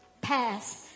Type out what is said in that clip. Past